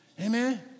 Amen